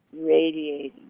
radiating